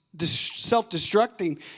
self-destructing